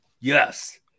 yes